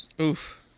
Oof